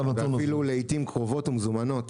ואפילו לעיתים קרובות ומזומנות